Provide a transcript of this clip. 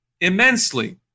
immensely